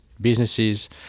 businesses